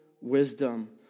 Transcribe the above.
wisdom